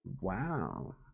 Wow